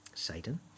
Satan